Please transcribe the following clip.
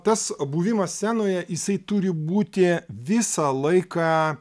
tas buvimas scenoje jisai turi būti visą laiką